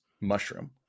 mushroom